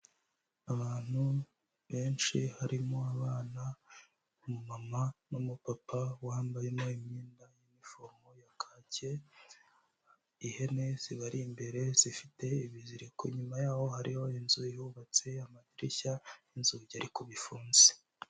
Abantu benshi harimo abana, umumama, n'umupapa wambayemo imyenda y'inifomu ya kake. Ihene zibari imbere zifite ibiziriko. Inyuma yaho hariho inzu yubatse amadirishya, inzugi ariko bifunze.